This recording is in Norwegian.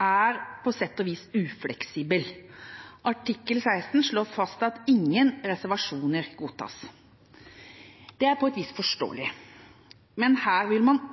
er på sett og vis ufleksibel. Artikkel 16 slår fast at ingen reservasjoner godtas, og det er på et vis forståelig. Men her har man